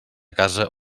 casa